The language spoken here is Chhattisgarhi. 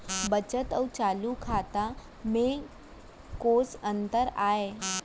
बचत अऊ चालू खाता में कोस अंतर आय?